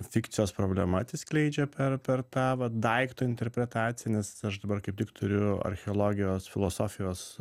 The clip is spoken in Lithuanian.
fikcijos problema atsiskleidžia per per tą va daikto interpretaciją nes aš dabar kaip tik turiu archeologijos filosofijos